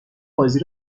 بازی